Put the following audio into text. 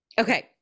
Okay